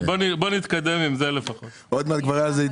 נתקדם עם זה לפחות.